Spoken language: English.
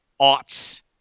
aughts